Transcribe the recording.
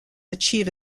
achieve